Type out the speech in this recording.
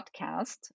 podcast